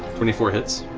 twenty four hits.